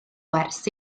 wers